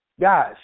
guys